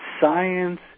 science